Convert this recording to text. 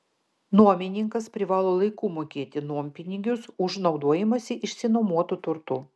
nuomininkas privalo laiku mokėti nuompinigius už naudojimąsi išsinuomotu turtu